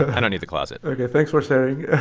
i don't need the closet ok. thanks for sharing